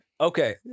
Okay